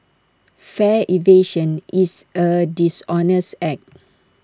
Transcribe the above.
fare evasion is A dishonest act